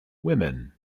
women